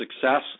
success